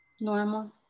Normal